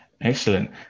excellent